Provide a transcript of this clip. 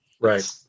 Right